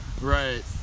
Right